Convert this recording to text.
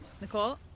nicole